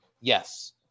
yes